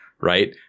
right